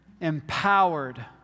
empowered